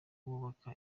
kubaka